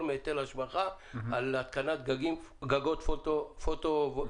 מהיטל השבחה על התקנות גגות פוטו-וולטאים.